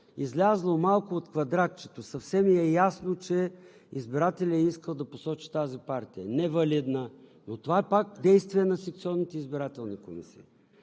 Излязло малко от квадратчето съвсем е ясно, че избирателят е искал да посочи тази партия – невалидна. Но това пак е действие на секционните избирателни комисии.